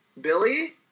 Billy